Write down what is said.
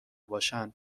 باشن